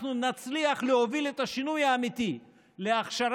אנחנו נצליח להוביל את השינוי האמיתי להכשרת